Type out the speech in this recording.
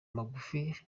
magufi